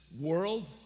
world